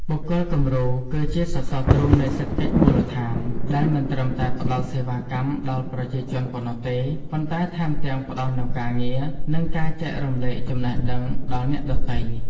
បុគ្គលគំរូគឺជាសសរទ្រូងនៃសេដ្ឋកិច្ចមូលដ្ឋាន ដែលមិនត្រឹមតែផ្ដល់សេវាកម្មដល់ប្រជាជនប៉ុណ្ណោះទេ ប៉ុន្តែថែមទាំងផ្ដល់នូវការងារ និងការចែករំលែកចំណេះដឹងដល់អ្នកដទៃ។